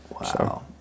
wow